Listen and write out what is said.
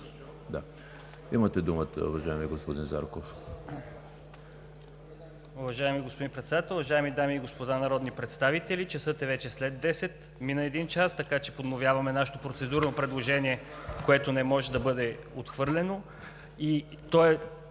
Имате думата, уважаеми господин Зарков.